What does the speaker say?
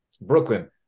Brooklyn